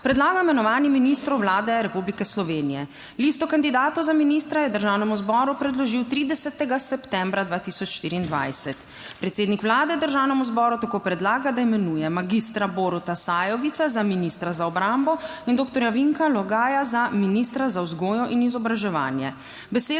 predlaga imenovanje ministrov Vlade Republike Slovenije. Listo kandidatov za ministra je Državnemu zboru predložil 30. septembra 2024 predsednik Vlade Državnemu zboru. Tako predlaga, da imenuje magistra Boruta Sajovica za ministra za obrambo in doktorja Vinka Logaja za ministra za vzgojo in izobraževanje.